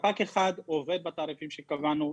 ספק אחד עובד בתעריפים שקבענו.